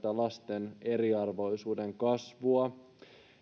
lasten eriarvoisuuden kasvua